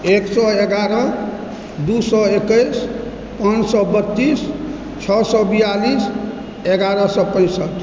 एक सए एगारह दू सए एकैस पाँच सए बत्तीस छओ सौ बियालिस एगारह सए पैंसठि